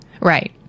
Right